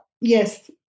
yes